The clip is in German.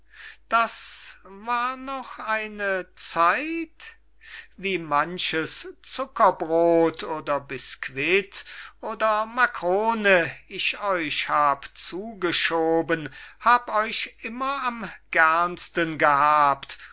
das war noch eine zeit wie manches zuckerbrod oder biscuit oder makrone ich euch hab zugeschoben hab euch immer am gernsten gehabt